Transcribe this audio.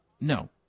No